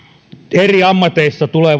eri ammateissa tulee